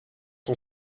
son